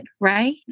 right